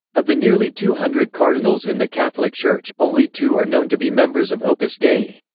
of the nearly two hundred cardinals in the catholic church, only two are known to be members of opus dei.